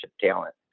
talent